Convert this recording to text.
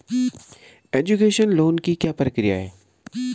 Education loan की क्या प्रक्रिया है?